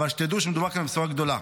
אבל שתדעו שמדובר כאן בבשורה גדולה.